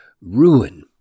ruin